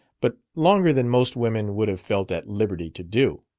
but longer than most women would have felt at liberty to do.